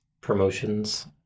promotions